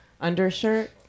undershirt